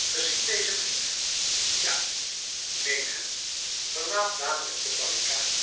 ge ziet dezen brief ja neem hem verlaat dadelijk de barricade